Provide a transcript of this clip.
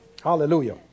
Hallelujah